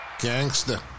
Gangster